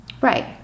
Right